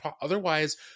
otherwise